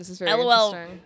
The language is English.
lol